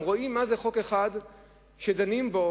רואים מה זה חוק אחד שדנים בו